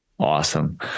Awesome